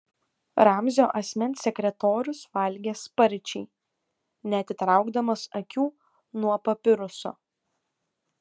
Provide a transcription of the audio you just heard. ramzio asmens sekretorius valgė sparčiai neatitraukdamas akių nuo papiruso